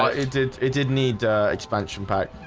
ah it did it did need expansion pack.